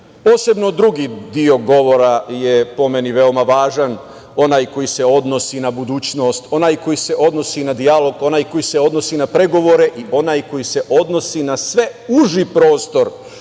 znati. Posebno drugi deo govora je po meni veoma važan, onaj koji se odnosi na budućnost, onaj koji se odnosi na dijalog, onaj koji se odnosi na pregovore i onaj koji se odnosi na sve uži prostor